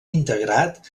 integrat